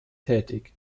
tätig